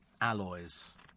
alloys